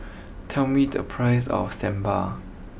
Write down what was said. tell me the price of Sambar